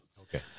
Okay